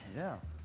yeah.